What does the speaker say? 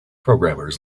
programmers